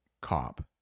cop